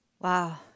Wow